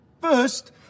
first